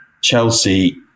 Chelsea